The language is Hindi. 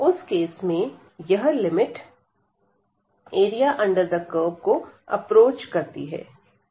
उस केस में यह लिमिट एरिया अंडर कर्व को अप्रोच करती हैं